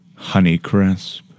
Honeycrisp